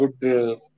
good